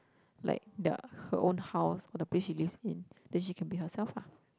like the her own house or the place she lives in then she can be herself lah